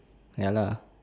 ya lah